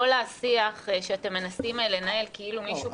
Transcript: כל השיח שאתם מנסים לנהל כאילו מישהו